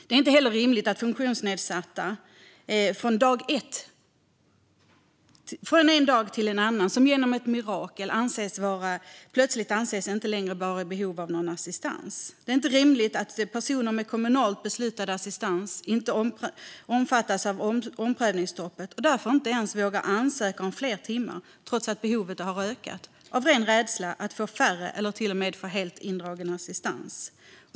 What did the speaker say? Det är inte heller rimligt att funktionsnedsatta från en dag till en annan, som genom ett mirakel, plötsligt inte längre anses ha behov av assistans. Det är inte rimligt att personer med kommunalt beslutad assistans inte omfattas av omprövningsstoppet och att de av rädsla för att få färre eller till och med helt indragen assistans inte ens vågar ansöka om fler timmar, trots att behovet har ökat.